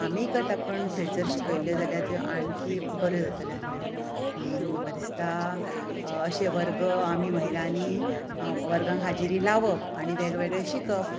आमीय करतात पूण थंयसर शिकयिल्लें जाल्यार आनीकय बरें जाता आसल्यो म्हणून म्हाका दिसता अशे वर्ग आमी महिलांनी वर्गांक हाजिरी लावप आनी वेग वेगळे शिकप